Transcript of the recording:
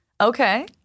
okay